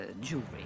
jewelry